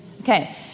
Okay